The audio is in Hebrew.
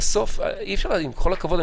עם כל הכבוד,